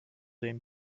den